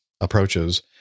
approaches